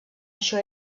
això